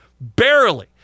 Barely